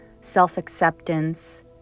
self-acceptance